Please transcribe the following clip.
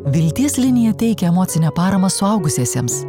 vilties linija teikia emocinę paramą suaugusiesiems